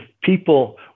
people